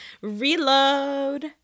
Reload